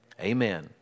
Amen